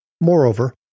Moreover